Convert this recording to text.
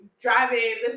driving